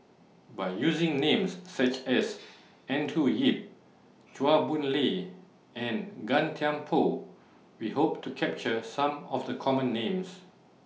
By using Names such as Andrew Yip Chua Boon Lay and Gan Thiam Poh We Hope to capture Some of The Common Names